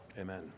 Amen